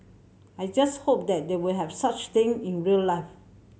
I just hope that they will have such thing in real life